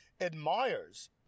admires